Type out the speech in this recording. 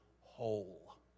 whole